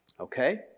Okay